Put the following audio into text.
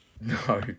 No